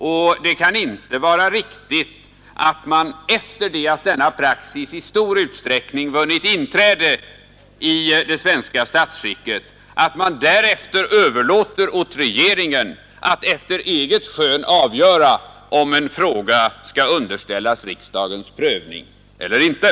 Det kan inte vara Onsdagen den riktigt att man sedan denna praxis vunnit inträde i det svenska 10 maj 1972 statsskicket överlåter åt regeringen att efter eget skön avgöra om en fråga I skall underställas riksdagens prövning eller inte.